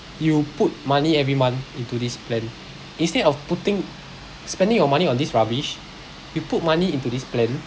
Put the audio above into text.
you put money every month into this plan instead of putting spending your money on this rubbish you put money into this plan